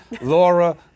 Laura